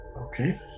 Okay